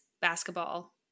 basketball